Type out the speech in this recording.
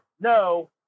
no